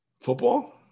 Football